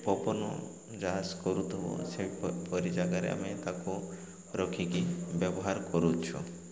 ପବନ ଯାଆ ଆସ କରୁଥିବ ସେହିପରି ଜାଗାରେ ଆମେ ତାକୁ ରଖିକି ବ୍ୟବହାର କରୁଛୁ